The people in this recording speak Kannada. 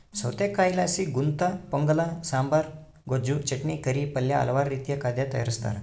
ಸೌತೆಕಾಯಿಲಾಸಿ ಗುಂತಪೊಂಗಲ ಸಾಂಬಾರ್, ಗೊಜ್ಜು, ಚಟ್ನಿ, ಕರಿ, ಪಲ್ಯ ಹಲವಾರು ರೀತಿಯ ಖಾದ್ಯ ತಯಾರಿಸ್ತಾರ